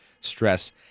stress